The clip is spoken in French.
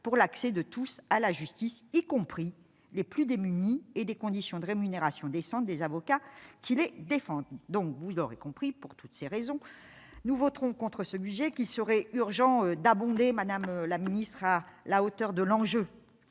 pour l'accès de tous à la justice, y compris les plus démunis et des conditions de rémunération décente des avocats, qu'il est défendu, donc vous aurez compris pour toutes ces raisons, nous voterons contre ce budget qu'il serait urgent d'abonder, madame la ministre, à la hauteur de l'enjeu